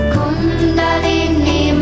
Kundalini